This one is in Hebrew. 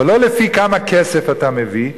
אבל לא לפי כמה כסף אתה מביא,